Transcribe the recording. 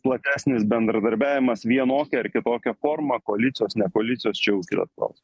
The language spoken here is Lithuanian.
platesnis bendradarbiavimas vienokia ar kitokia forma koalicijos ne koalicijos čia jau kitas klausimas